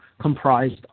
comprised